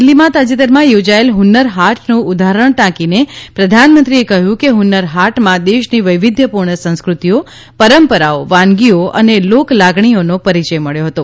દિલ્ફીમાં તાજેતરમાં યોજાયેલ હુન્નર હાટનું ઉદાહરણ ટાંકીને પ્રધાનમંત્રીએ કહ્યું કે હુન્નર હાટમાં દેશની વૈવિધ્યપૂર્ણ સંસ્ક્રતિઓ પરંપરાઓ વાનગીઓ અને લોકલાગણીઓનો પરિચય મળ્યો હતો